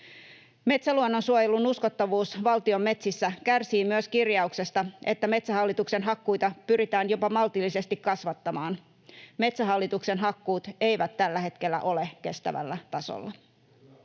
Metsäluonnon suojelun uskottavuus valtion metsissä kärsii myös kirjauksesta, että Metsähallituksen hakkuita pyritään jopa maltillisesti kasvattamaan. Metsähallituksen hakkuut eivät tällä hetkellä ole kestävällä tasolla.